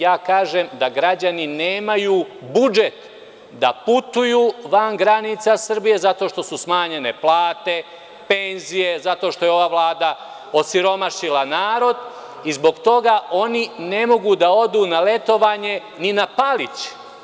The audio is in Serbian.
Ja kažem da građani nemaju budžet da putuju van granica Srbije zato što su smanjene plate, penzije, zato što je ova Vlada osiromašila narod i zbog toga oni ne mogu da odu na letovanje ni na Palić.